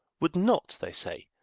would not, they say,